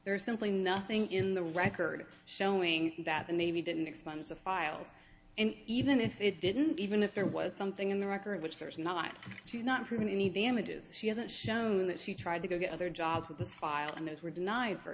there is simply nothing in the record showing that the navy didn't expunge the files and even if it didn't even if there was something in the record which there's not she's not proving any damages she hasn't shown that she tried to get other jobs with this file and those were denied for